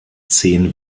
zehn